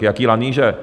Jaké lanýže?